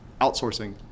outsourcing